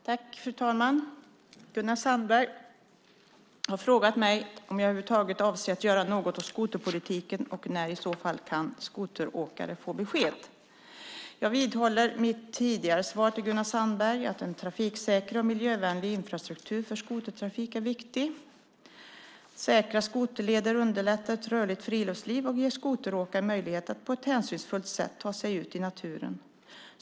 Fru talman! Gunnar Sandberg har frågat mig om jag över huvud taget avser att göra något åt skoterpolitiken och när skoteråkare i så fall kan få besked. Jag vidhåller mitt tidigare svar till Gunnar Sandberg att en trafiksäker och miljövänlig infrastruktur för skotertrafik är viktig. Säkra skoterleder underlättar ett rörligt friluftsliv och ger skoteråkare möjlighet att på ett hänsynsfullt sätt ta sig ut i naturen.